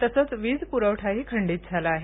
तसंच वीजपुरवठाही खंडित झाला आहे